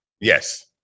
Yes